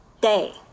day